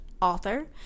author